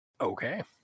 Okay